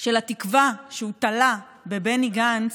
של התקווה שהוא תלה בבני גנץ,